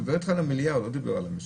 הוא לא דיבר על המשכן.